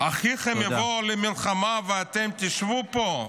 " האחיכם יבאו למלחמה ואתם תשבו פה".